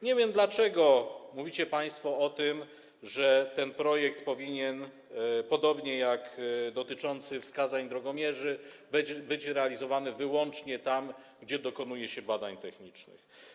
Nie wiem, dlaczego mówicie państwo o tym, że ten projekt, podobnie jak projekt dotyczący wskazań drogomierzy, powinien być realizowany wyłącznie tam, gdzie dokonuje się badań technicznych.